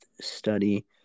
study